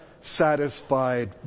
satisfied